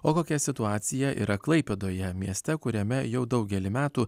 o kokia situacija yra klaipėdoje mieste kuriame jau daugelį metų